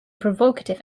provocative